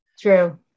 true